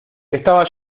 estaba